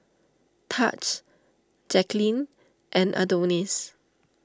Tahj Jacqueline and Adonis